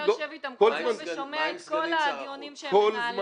יושב איתם ושומע את כל הדיונים שהם מנהלים.